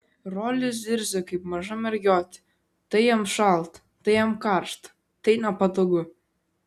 rolis zirzia kaip maža mergiotė tai jam šalta tai jam karšta tai nepatogu